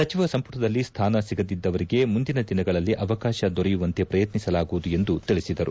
ಸಚಿವ ಸಂಪುಟದಲ್ಲಿ ಸ್ಥಾನ ಸಿಗದಿದ್ದವರಿಗೆ ಮುಂದಿನ ದಿನಗಳಲ್ಲಿ ಅವಕಾಶ ದೊರೆಯುವಂತೆ ಪ್ರಯತ್ನಿಸಲಾಗುವುದು ಎಂದು ತಿಳಿಸಿದರು